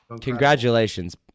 Congratulations